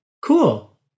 Cool